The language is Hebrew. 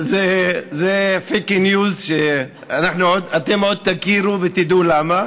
זה פייק ניוז, אתם עוד תכירו ותדעו למה.